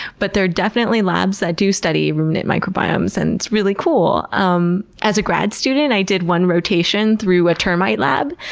but there are definitely labs that do study ruminant microbiomes and it's really cool. um as a grad student, i did one rotation through a termite lab,